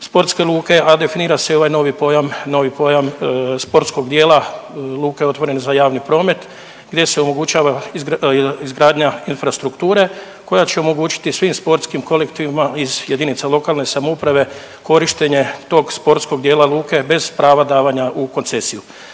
sportske luke, a definira se i ovaj novi pojam, novi pojam sportskog dijela luke otvorene za javni promet gdje se omogućava izgradnja infrastrukture koja će omogućiti svim sportskim kolektivima iz jedinica lokalne samouprave korištenje tog sportskog dijela luke bez prava davanja u koncesiju.